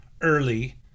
early